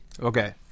Okay